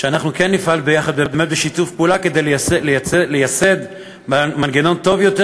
אנחנו נפעל ביחד באמת בשיתוף פעולה כדי לייסד מנגנון טוב יותר,